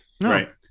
Right